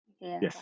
Yes